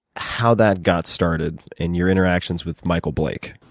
how that got started and your interactions with michael blake?